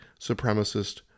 supremacist